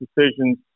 decisions